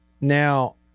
Now